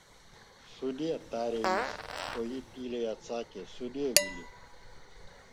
sudiev tarė jis o ji tyliai atsakė sudiev vili